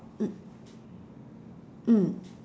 mm